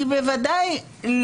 שצריך לטפל בנושא הזה,